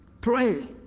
pray